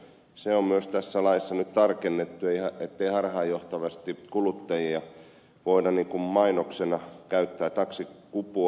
se on myös tässä laissa nyt tarkennettu ettei kuluttajia harhaanjohtavasti voida niin kuin mainoksena käyttää taksikupua